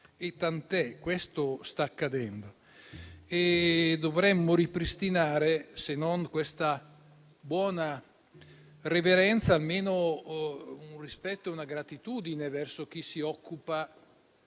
è quello che sta accadendo. Dovremmo ripristinare se non questa buona riverenza, almeno un rispetto e una gratitudine verso chi si occupa